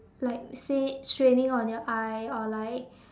like say straining on your eye or like